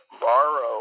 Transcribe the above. borrow